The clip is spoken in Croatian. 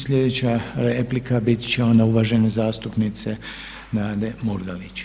Sljedeća replika bit će ona uvažene zastupnice Nade Murganić.